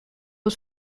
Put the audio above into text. was